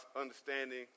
understanding